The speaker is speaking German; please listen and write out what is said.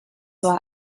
war